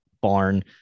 barn